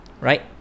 Right